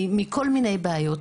מכל מיני בעיות.